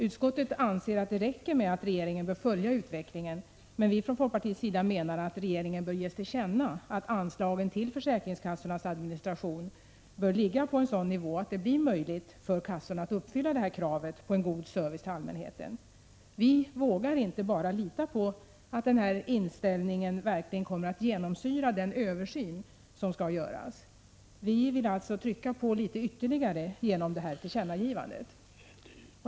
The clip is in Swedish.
Utskottet anser att det räcker med att regeringen följer utvecklingen, men vi menar att regeringen skall ges till känna att anslagen till försäkringskassornas administration bör ligga på en sådan nivå att det blir möjligt för kassorna att uppfylla kraven på en god service till allmänheten. Vi vågar inte bara lita på att denna inställning verkligen kommer att genomsyra den översyn som skall göras. Vi vill alltså trycka på litet ytterligare genom ett sådant här tillkännagivande.